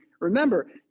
remember